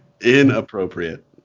Inappropriate